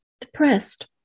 depressed